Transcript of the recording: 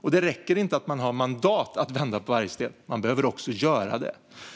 Och det räcker inte att man har mandat att vända på varje sten, utan man behöver också göra det.